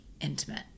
intimate